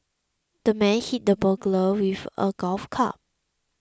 the man hit the burglar with a golf club